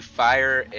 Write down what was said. fire